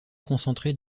concentrées